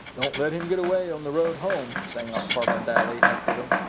don't let him get away on the road home, sang out farmer daly after them.